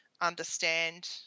understand